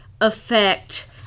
affect